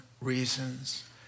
reasons